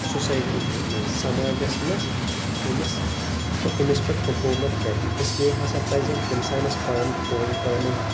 society منٛز سماجس منٛز أمِس حوٚ أمِس پٮ۪ٹھ حکومت کرَن اس لیے ہسا پزَن انسانس پانہٕ پٲنۍ پانے